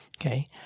Okay